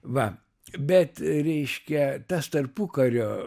va bet reiškia tas tarpukario